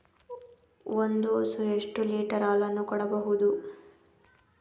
ಒಂದು ಹಸು ಎಷ್ಟು ಲೀಟರ್ ಹಾಲನ್ನು ಕೊಡಬಹುದು?